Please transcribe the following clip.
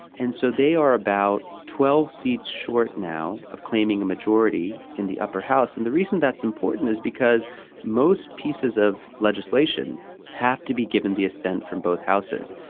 and so they are about twelve seats short now of claiming a majority in the upper house and the reason that's important is because most pieces of legislation have to be given the assent from both houses.